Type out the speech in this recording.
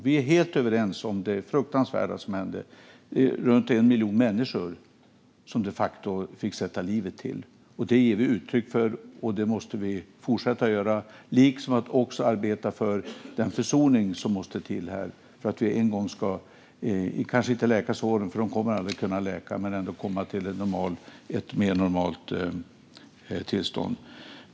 Vi är helt överens om det fruktansvärda som hände. Det var runt 1 miljon människor som de facto fick sätta livet till. Det ger vi uttryck för, och det måste vi fortsätta göra. Vi måste också arbeta för den försoning som måste ske här. Man kan kanske inte läka såren, för de kommer aldrig att kunna läka, men man måste ändå en gång komma till ett mer normalt tillstånd.